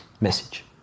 message